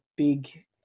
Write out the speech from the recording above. big